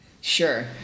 Sure